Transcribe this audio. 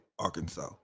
Arkansas